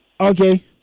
Okay